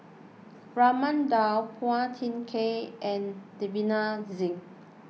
Raman Daud Phua Thin Kiay and Davinder Singh